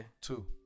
two